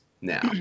now